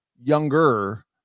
younger